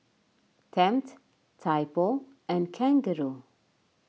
Tempt Typo and Kangaroo